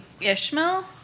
Ishmael